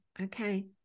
okay